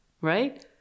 Right